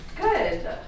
Good